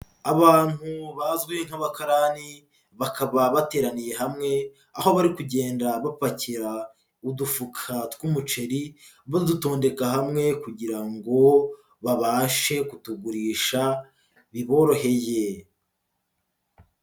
Abantu bazwi nk'abakarani, bakaba bateraniye hamwe, aho bari kugenda bapakira udufuka tw'umuceri, badutondeka hamwe kugira ngo babashe kutugurisha biboroheye.